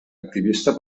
activista